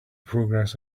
progress